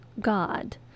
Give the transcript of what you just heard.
God